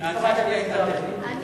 אני